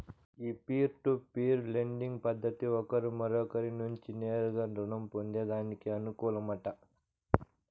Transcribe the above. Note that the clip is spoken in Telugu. ఈ పీర్ టు పీర్ లెండింగ్ పద్దతి ఒకరు మరొకరి నుంచి నేరుగా రుణం పొందేదానికి అనుకూలమట